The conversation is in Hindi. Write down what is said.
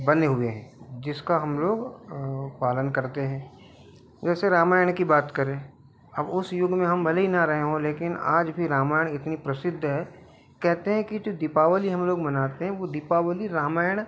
बने हुए हैं जिसका हम लोग पालन करते हैं जैसे रामायण की बात करें अब उस युग में हम भले ही ना रहे हों लेकिन आज भी रामायण इतनी प्रसिद्ध है कहते हैं कि जो दीपावली हम लोग मनाते हैं वो दीपावली रामायण